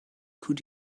could